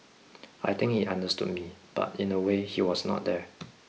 I think he understood me but in a way he was not there